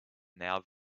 now